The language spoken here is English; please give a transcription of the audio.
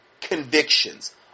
convictions